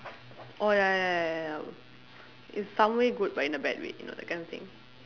orh ya ya ya ya ya it's some way good but in a bad way you know that kind of thing